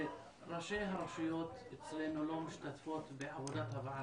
ראשי הרשויות אצלנו לא משתתפות בעבודת הוועדה,